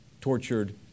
tortured